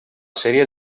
sèrie